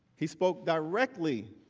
he spoke directly